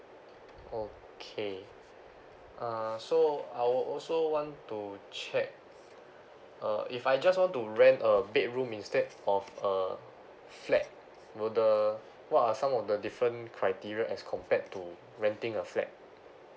okay uh so I were also want to check uh if I just want to rent a bedroom instead of a flat were the what are some of the different criteria as compared to renting a flat